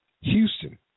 Houston